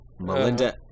Melinda